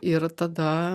ir tada